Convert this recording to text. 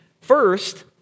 first